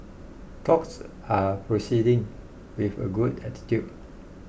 talks are proceeding with a good attitude